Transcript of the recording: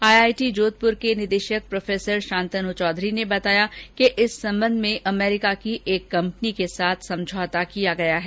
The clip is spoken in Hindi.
आईआईटी जोधप्र के निदेशक प्रोफेसर शांतन् चौधरी ने बताया कि इस संबंध में अमेरिका की एक कम्पनी के साथ समझौता किया गया है